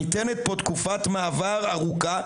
ניתנת פה תקופת מעבר ארוכה,